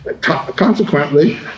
consequently